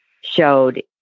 showed